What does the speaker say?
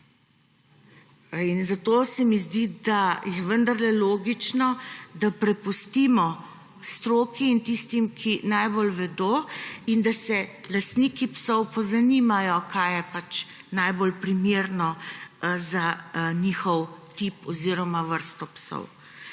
In zato se mi zdi, da je vendarle logično, da prepustimo stroki in tistim, ki najbolj vedo, in da se lastniki psov pozanimajo, kaj je najbolj primerno za njihovo vrsto psa.